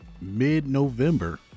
mid-November